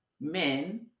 men